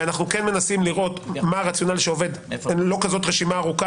ואנחנו מנסים לראות מה הרציונל שעובד על הכול.